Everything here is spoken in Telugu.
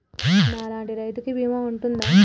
నా లాంటి రైతు కి బీమా ఉంటుందా?